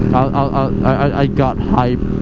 ah i got hyped